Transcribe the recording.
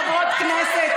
חברות כנסת,